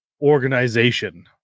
organization